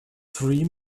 three